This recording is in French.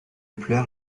pleure